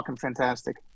fantastic